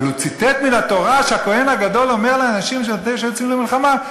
אבל כשהוא ציטט מן התורה מה שהכוהן הגדול אומר לאנשים שיוצאים למלחמה,